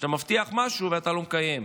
שכשאתה מבטיח משהו ואתה לא מקיים,